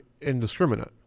indiscriminate